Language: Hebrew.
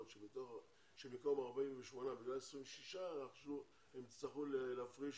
שבמקום 48 בגלל 26 איכשהו הם יצטרכו להפריש